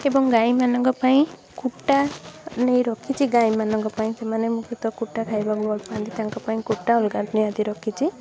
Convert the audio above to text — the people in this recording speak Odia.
ଏବଂ ଗାଈମାନଙ୍କ ପାଇଁ କୁଟା ନେଇ ରଖିଛି ଗାଇମାନଙ୍କ ପାଇଁ ସେମାନେ ବହୁତ କୁଟା ଖାଇବାକୁ ଭଲପାଆନ୍ତି ତାଙ୍କ ପାଇଁ କୁଟା ଅଲଗା ନିହାତି ରଖିଛି